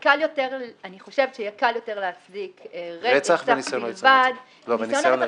אני חושבת שיהיה קל יותר להצדיק רצח ורצח בלבד --- רצח וניסיון לרצח.